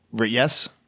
yes